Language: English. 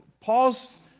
Paul's